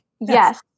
Yes